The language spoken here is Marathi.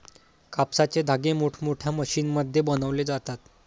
कापसाचे धागे मोठमोठ्या मशीनमध्ये बनवले जातात